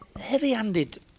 heavy-handed